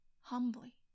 humbly